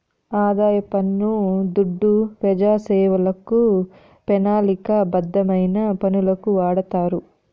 ఆదాయ పన్ను దుడ్డు పెజాసేవలకు, పెనాలిక బద్ధమైన పనులకు వాడతారు